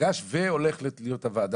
פגש והולך לוועדה.